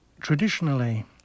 Traditionally